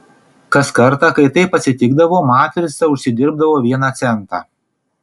kas kartą kai taip atsitikdavo matrica užsidirbdavo vieną centą